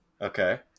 Okay